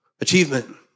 achievement